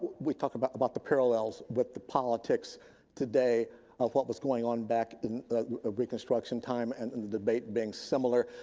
we talk about about the parallels with the politics today of what was going on back in reconstruction time and and debate being similar.